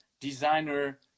Designer